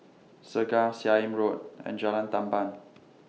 Segar Seah Im Road and Jalan Tamban